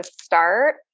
start